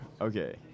okay